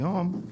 תודה.